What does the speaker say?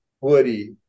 Woody